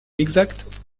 exacte